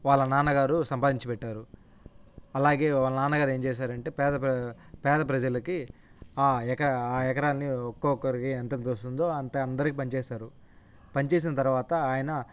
వాళ్ళ నాన్నగారు సంపాదించి బెట్టారు అలాగే వాళ్ నాన్నగారు ఏం చేశారంటే పేద పేద ప్రజలకి ఆ ఎకరా ఆ ఎకరాన్ని ఒక్కొక్కరికి ఎంతెంత వస్తుందో అంత అందరికీ పంచేేశారు పంచేసిన తర్వాత ఆయన